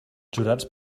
jurats